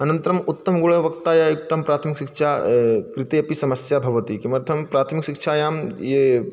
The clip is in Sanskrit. अनन्तरम् उत्तमगुणवत्तया युक्तं प्राथमिकशिक्षा कृते अपि समस्या भवति किमर्थं प्राथमिकशिक्षायां ये